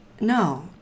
No